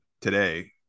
today